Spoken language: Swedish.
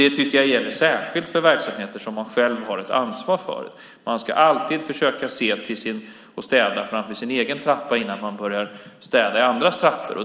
Det tycker jag gäller särskilt för verksamheter man själv har ett ansvar för. Man ska alltid försöka städa framför sin egen trappa innan man börjar städa i andras trappor.